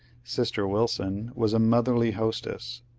sister wil son was a motherly hostess,